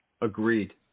Agreed